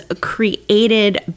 created